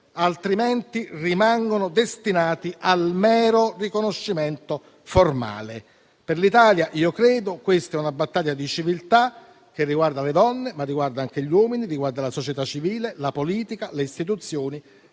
altrimenti rimangono destinati al mero riconoscimento formale. Per l'Italia credo che questa sia una battaglia di civiltà che riguarda le donne, ma anche gli uomini, la società civile, la politica e le istituzioni